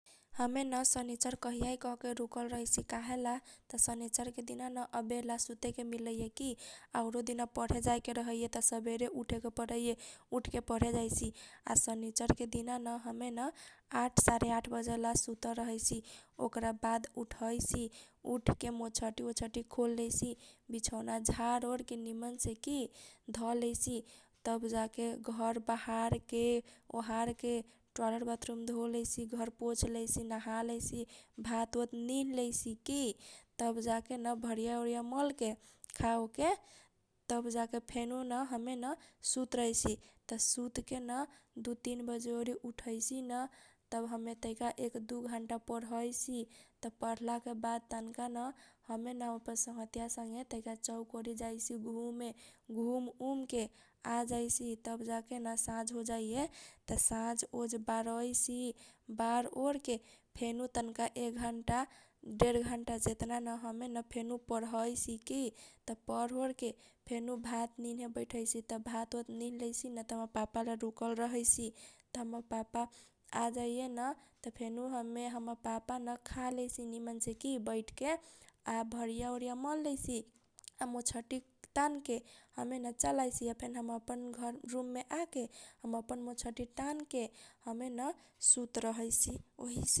हमे न शनिचर कहीया आइ कहके रूकल रहैसी काहेला त शनिचर के दिना न अबेर ला सुतेके मिलेये की। आउरू दिना पढे जाए के रहैये त सबेरे उठेके परैये उठके परे जाइसी। आ शनिचरके दिना न हमे न आठ सारे आठ बजेला सुतल रहैसी ओकरा बाद उठैसी। उठके मोछटी ओछटी खोल लेइसी बिछौना झार ओर के निमनसे की धलैसी। तब जाके घर बहार के ओहार के टोइलेट बाथरूम धो लेइसी घर पूछ लेइसि नहा लेइसी भात ओत नीन लेइसी की। तब जाके न भरीया ओरीया मलके खा ओ के। तब जाके फेनु न हमे न सुत रहैसै त सुतकेन दु, तिन बजे ओरी उठैसी न । तब हमे तैका न एक, दु, घन्टा पढैसी तब पढला के बाद तनका न हमे न अपन संगघतीया सब संगे न चौक ओरी जाइसी घुमे। घुम उम के आ जाइसी तब जाके न साझ होजाइये त साझ ओझ बारैसी साझ ओझ बार ओरके फेनु तनका एक घन्टा डेढ घन्टा जेतना न हमे न फेनु पढैसी की। तब पढ ओढ के फेनु भात निने बैढैसी भात ओत निन लैसी न त हमर पापा ला रुकल रहैसी। त हमर पापा आ जैए न त फेनु हमे हमर पापा न खा लैसी निमन से की बैठ के आ भरिया ओरीया मल लैसी। आ मोछटी तानके हमे न चल आइसी आ फेन हम अपन रुमके आके हम अपन मोछटी तानके हमेन सुत रहैसी ओहीसे ।